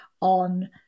on